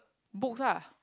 books lah